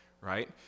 right